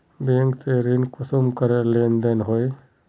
Bank से ऋण कुंसम करे लेन देन होए?